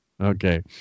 Okay